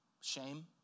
shame